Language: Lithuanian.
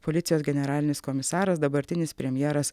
policijos generalinis komisaras dabartinis premjeras